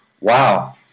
wow